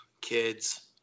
kids